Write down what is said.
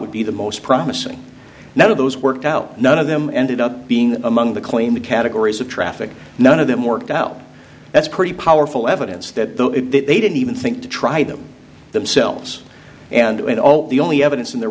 would be the most promising none of those worked out none of them ended up being among the claimed categories of traffic none of them worked out that's pretty powerful evidence that though it did they didn't even think to try them themselves and the only evidence in the